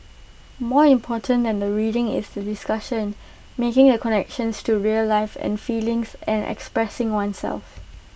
more important than the reading is the discussion making A connections to real life and feelings and expressing oneself